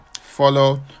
follow